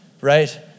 right